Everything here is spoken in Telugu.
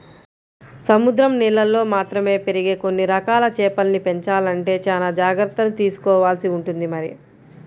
సముద్రం నీళ్ళల్లో మాత్రమే పెరిగే కొన్ని రకాల చేపల్ని పెంచాలంటే చానా జాగర్తలు తీసుకోవాల్సి ఉంటుంది మరి